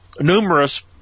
numerous